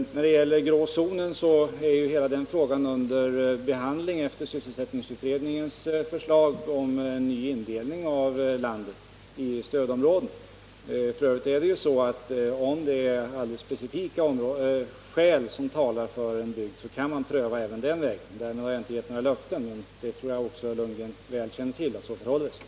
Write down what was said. Hela frågan om den grå zonen är under behandling efter sysselsättningsutredningens förslag om en ny indelning av landet i stödområden. F. ö. är det så att om speciella skäl talar för en bygd kan man även pröva den vägen — men därmed har jag inte givit några löften. Jag tror också att herr Lundgren väl känner till att det förhåller sig så.